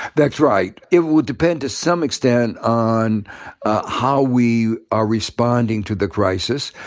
that's right. it will depend, to some extent, on how we are responding to the crisis.